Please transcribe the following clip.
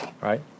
right